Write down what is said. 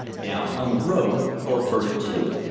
down on the road thorpe heard it too,